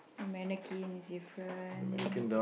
the mannequin is different